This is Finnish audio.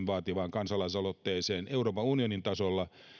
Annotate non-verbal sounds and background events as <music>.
<unintelligible> vaativaan kansalaisaloitteeseen euroopan unionin tasolla <unintelligible> <unintelligible>